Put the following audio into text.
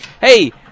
Hey